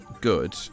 good